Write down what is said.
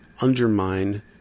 undermine